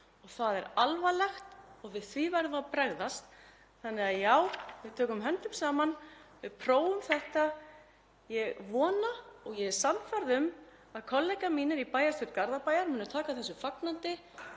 og það er alvarlegt og við því verðum við að bregðast. Þannig að já, við tökum höndum saman, við prófum þetta. Ég vona og ég er sannfærð um að kollegar mínir í bæjarstjórn Garðabæjar munu taka þessu fagnandi.